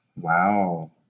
Wow